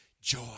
joy